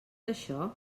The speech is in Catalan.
això